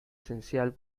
esencial